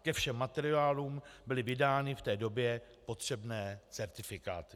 Ke všem materiálům byly vydány v té době potřebné certifikáty.